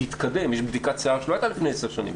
זה התקדם יש בדיקת שיער שלא הייתה לפני עשר שנים,